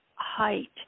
height